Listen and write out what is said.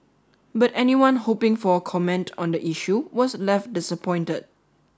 but anyone hoping for a comment on the issue was left disappointed